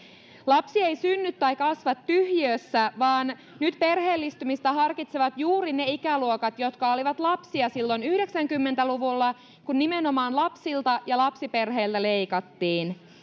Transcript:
lapsi ei synny tai kasva tyhjiössä vaan nyt perheellistymistä harkitsevat juuri ne ikäluokat jotka olivat lapsia silloin yhdeksänkymmentä luvulla kun nimenomaan lapsilta ja lapsiperheiltä leikattiin